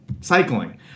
cycling